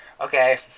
okay